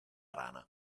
rana